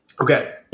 Okay